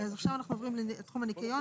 אז עכשיו אנחנו עוברים לתחום הניקיון.